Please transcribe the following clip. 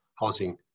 housing